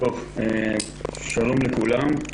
שלום לכולם.